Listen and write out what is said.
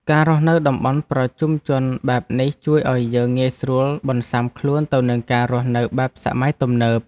ការរស់នៅតំបន់ប្រជុំជនបែបនេះជួយឱ្យយើងងាយស្រួលបន្សាំខ្លួនទៅនឹងការរស់នៅបែបសម័យទំនើប។